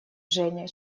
женя